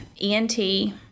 ENT